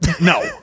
No